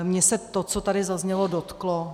Mě se to, co tady zaznělo, dotklo.